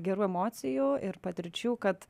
gerų emocijų ir patirčių kad